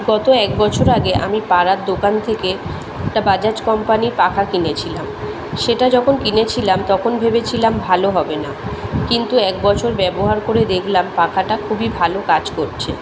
গত এক বছর আগে আমি পাড়ার দোকান থেকে একটা বাজাজ কোম্পানির পাখা কিনেছিলাম সেটা যখন কিনেছিলাম তখন ভেবেছিলাম ভালো হবে না কিন্তু এক বছর ব্যবহার করে দেখলাম পাখাটা খুবই ভালো কাজ করছে